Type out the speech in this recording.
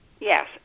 Yes